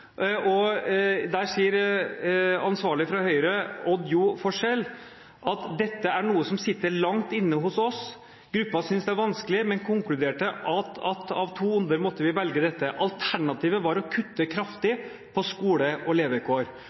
Der sier ansvarlig fra Høyre, Odd Jo Forsell: «Dette er noe som sitter langt inne hos oss. Gruppa syntes det er vanskelig, men konkluderte med at av to onder måtte vi velge dette. Alternativet var å kutte kraftig på skole og levekår.»